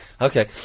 okay